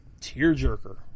tearjerker